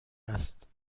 است